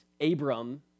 Abram